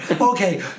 Okay